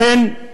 לכן,